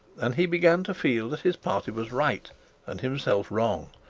and he began to feel that his party was right and himself wrong,